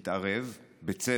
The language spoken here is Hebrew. התערב, בצדק,